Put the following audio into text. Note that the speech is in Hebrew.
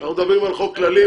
אנחנו מדברים על חוק כללי,